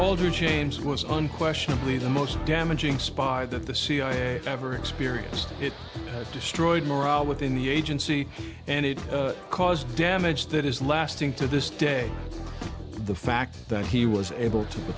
older james was unquestionably the most damaging spy that the cia ever experienced it destroyed morale within the agency and it caused damage that is lasting to this day the fact that he was able to t